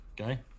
Okay